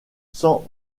sans